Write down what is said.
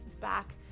back